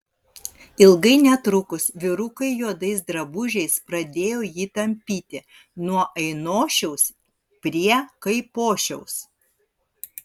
ilgai netrukus vyrukai juodais drabužiais pradėjo jį tampyti nuo ainošiaus prie kaipošiaus